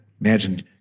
Imagine